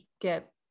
get